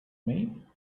mean